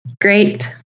Great